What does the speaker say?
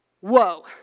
Whoa